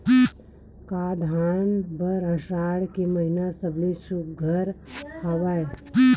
का धान बर आषाढ़ के महिना सबले सुघ्घर हवय?